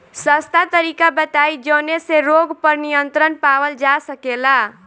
सस्ता तरीका बताई जवने से रोग पर नियंत्रण पावल जा सकेला?